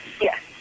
yes